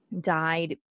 died